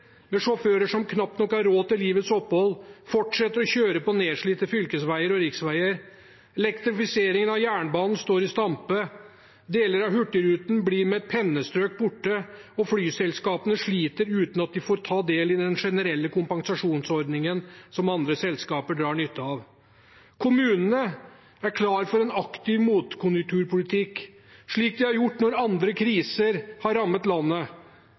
med sjåfører som knapt nok har råd til livets opphold, fortsetter å kjøre på nedslitte fylkesveier og riksveier. Elektrifiseringen av jernbanen står i stampe. Deler av hurtigruten blir med et pennestrøk borte, og flyselskapene sliter uten at de får ta del i den generelle kompensasjonsordningen som andre selskaper drar nytte av. Kommunene er klar for en aktiv motkonjunkturpolitikk, slik vi har gjort det når andre kriser har rammet landet,